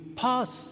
pass